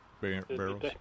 Barrels